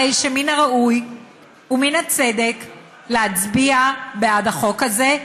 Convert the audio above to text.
הרי מן הראוי ומן הצדק להצביע בעד החוק הזה,